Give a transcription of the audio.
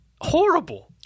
horrible